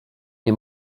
nie